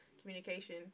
communication